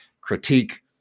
critique